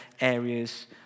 areas